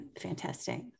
fantastic